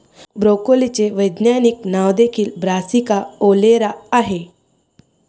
ब्रोकोलीचे वैज्ञानिक नाव देखील ब्रासिका ओलेरा आहे